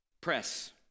press